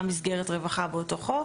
בסעיף 11(ג)(1א),